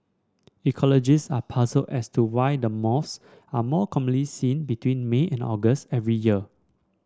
ecologist are puzzled as to why the moths are more commonly seen between May and August every year